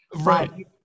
Right